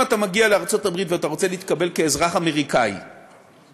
אם אתה מגיע לארצות הברית ואתה רוצה להתקבל כאזרח אמריקני ואתה